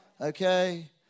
okay